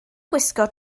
gwisgo